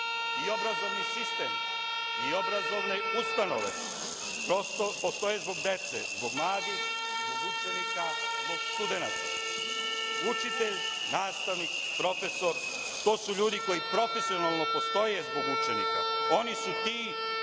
Obrazovni sistem i obrazovne ustanove postoje zbog dece, zbog mladih, zbog učenika, zbog studenata. Učitelj, nastavnik, profesor, to su ljudi koji profesionalno postoje zbog učenika. Oni su ti